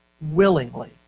willingly